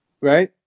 right